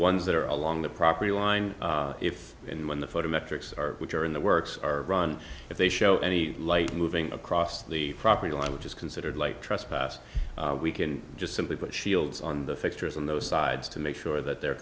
ones that are along the property line if and when the photo metrics are which are in the works are run if they show any light moving across the property line which is considered light trespass we can just simply put shields on the fixtures on those sides to make sure that they're